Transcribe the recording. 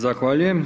Zahvaljujem.